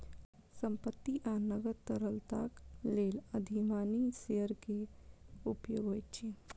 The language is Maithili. संपत्ति आ नकद तरलताक लेल अधिमानी शेयर के उपयोग होइत अछि